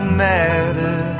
matter